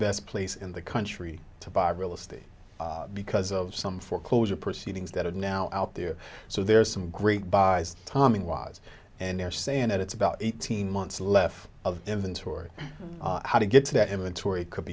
best place in the country to buy real estate because of some foreclosure proceedings that are now out there so there's some great buys timing was and they're saying that it's about eighteen months left of inventory how to get to that inventory could